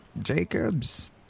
Jacobs